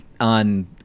on